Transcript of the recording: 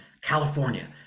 California